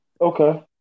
Okay